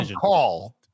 call